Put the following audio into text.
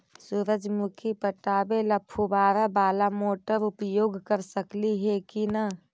सुरजमुखी पटावे ल फुबारा बाला मोटर उपयोग कर सकली हे की न?